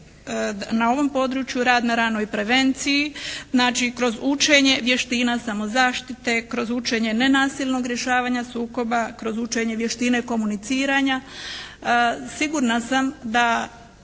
na ovom području rad na ranoj prevenciji, znači kroz učenje vještina samozaštite, kroz učenje nenasilnog rješavanja sukoba, kroz učenje vještine komuniciranja. Sigurna sam da